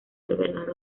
albergar